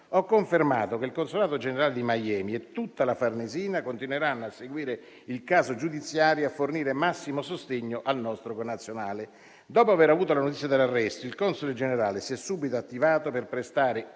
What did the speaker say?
Ho confermato che il consolato generale di Miami e tutta la Farnesina continueranno a seguire il caso giudiziario e a fornire massimo sostegno al nostro connazionale. Dopo aver avuto la notizia dell'arresto, il console generale si è subito attivato per prestare